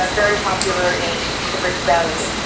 ah very popular in the rift valley,